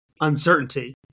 uncertainty